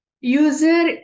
User